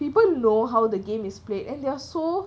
people know how the game is played and you're so